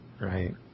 right